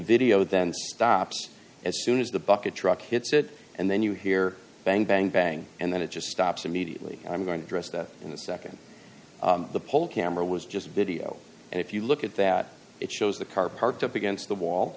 video then stops as soon as the bucket truck hits it and then you hear bang bang bang and then it just stops immediately and i'm going to dress in the nd the pole camera was just video and if you look at that it shows the car parked up against the wall